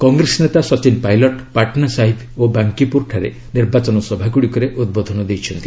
କଂଗ୍ରେସ ନେତା ସଚିନ୍ ପାଇଲଟ ପାଟନାସାହିବି ଓ ବାଙ୍କିପୁର ଠାରେ ନିର୍ବାଚନ ସଭାଗୁଡ଼ିକରେ ଉଦ୍ବୋଧନ ଦେଇଛନ୍ତି